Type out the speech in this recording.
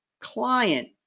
client